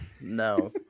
No